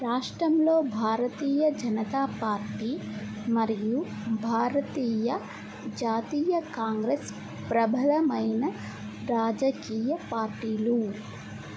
రాష్ట్రంలో భారతీయ జనతా పార్టీ మరియు భారతీయ జాతీయ కాంగ్రెస్ ప్రబలమైన రాజకీయ పార్టీలు